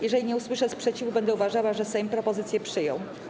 Jeżeli nie usłyszę sprzeciwu, będę uważała, że Sejm propozycje przyjął.